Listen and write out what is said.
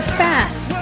fast